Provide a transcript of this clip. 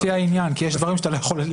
לפי העניין, כי יש דברים שאתה לא יכול.